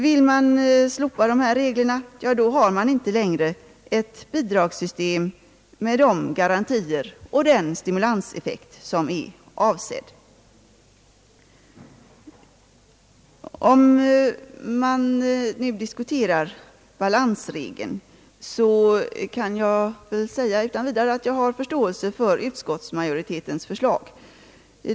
Vill man slopa dessa regler, då har man inte längre ett bidragssystem med de garantier och den stimulanseffekt som är avsedd. Om man nu diskuterar balansregeln kan jag utan vidare säga, att jag har förståelse för utskottsmajoritetens förslag.